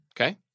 Okay